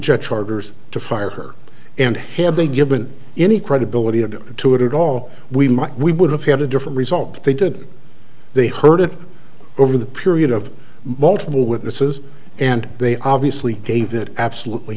jet chargers to fire her and had they given any credibility had to it at all we might we would have had a different result but they did they heard it over the period of multiple witnesses and they obviously gave it absolutely